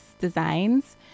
designs